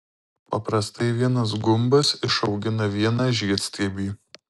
paprastai vienas gumbas išaugina vieną žiedstiebį